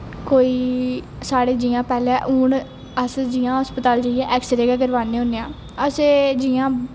कोई साढ़े जियां पैह्लें हून अस जियां हस्पताल जाइयै ऐक्सरे गै करवाने होन्ने आं अस एह् जियां